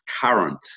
current